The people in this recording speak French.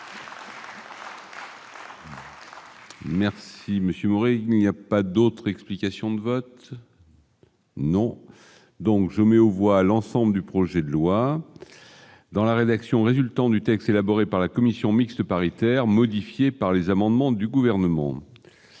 Merci monsieur Maurer, il n'y a pas d'autre explication de vote. Non, donc je mets aux voix à l'ensemble du projet de loi. Dans la rédaction résultant du texte élaboré par la commission mixte paritaire modifié par les amendements du gouvernement.